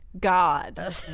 God